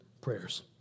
prayers